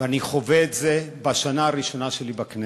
ואני חווה את זה בשנה הראשונה שלי בכנסת.